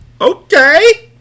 Okay